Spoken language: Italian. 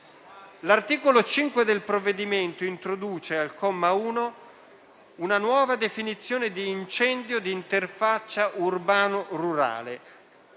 L'articolo 5 del provvedimento introduce, al comma 1, una nuova definizione di incendio di interfaccia urbano-rurale.